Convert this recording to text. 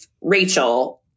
Rachel